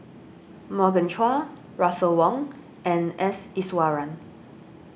Morgan Chua Russel Wong and S Iswaran